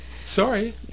Sorry